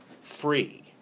free